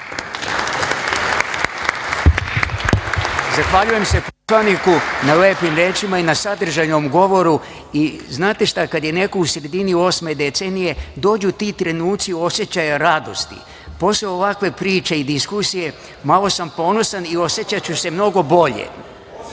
Zahvaljujem se poslaniku na lepim rečima i na sadržajnom govoru. Znate šta, kada je neko u sredini osme decenije, dođu ti trenuci osećaja radosti. Posle ovakve priče i diskusije malo sam ponosan i osećaću se mnogo bolje.